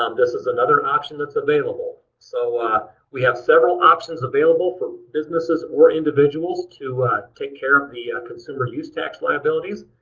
um this is another option that's available. so we have several options available for businesses or individuals to take care of the ah consumer's use tax liabilities,